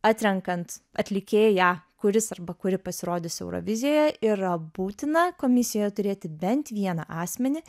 atrenkant atlikėją kuris arba kuri pasirodys eurovizijoje yra būtina komisijoje turėti bent vieną asmenį